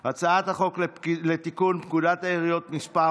הצעת החוק לתיקון פקודת העיריות (מס'